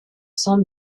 saint